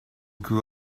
grew